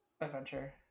Adventure